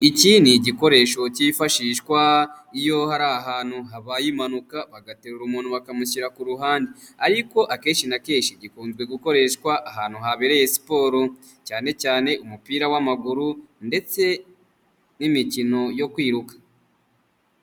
Iki ni igikoresho cyifashishwa iyo hari ahantu habaye impanuka bagaterura umuntu bakamushyira ku ruhande ariko akenshi na kenshi gikunze gukoreshwa ahantu habereye siporo cyane cyane umupira w'amaguru ndetse n'imikino yo kwiruka.